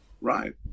Right